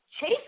chase